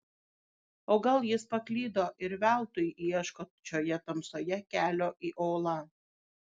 o gal jis paklydo ir veltui ieško šioje tamsoje kelio į olą